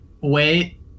wait